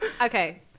okay